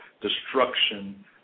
destruction